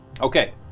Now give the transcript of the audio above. Okay